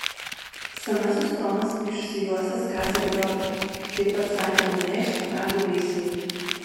senasis tomas išsijuosęs kasė griovį kaip pats sakė naujai šparagų lysvei